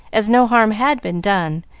as no harm had been done,